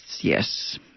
yes